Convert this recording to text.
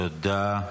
תודה.